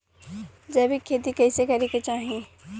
जैविक खेती कइसे करे के चाही?